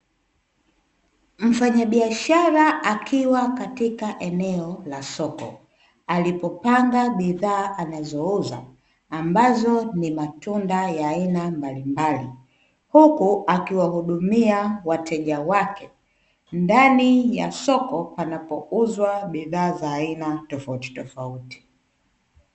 Mfanyabiashara akiwa katika eneo la soko, alipopanga bidhaa anazouza ambazo ni matunda ya aina mbalimbali, huku akiwahudumia wateja wake ndani ya soko panapouzwa bidhaa za aina tofautitofauti.